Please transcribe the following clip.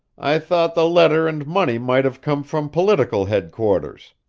i thought the letter and money might have come from political headquarters.